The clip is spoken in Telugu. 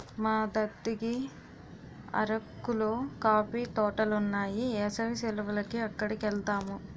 మా దద్దకి అరకులో కాఫీ తోటలున్నాయి ఏసవి సెలవులకి అక్కడికెలతాము